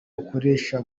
bukoreshwa